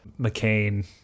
McCain